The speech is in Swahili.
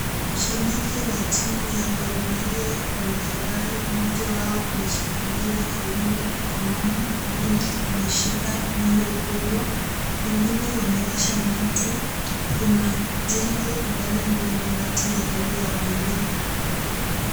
Mashabiki wa timu ya Gor Mahia wamefurahi. Mmoja wao, ameshikilia firimbi mkononi, mwingine ameshika nyundo kubwa. Wengine wamewasha moto. Kuna jengo ambalo ni la mabati ya rangi ya buluu.